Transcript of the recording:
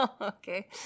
Okay